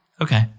Okay